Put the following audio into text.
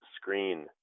Screen